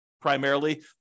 primarily